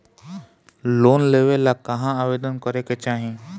Loan लेवे ला कहाँ आवेदन करे के चाही?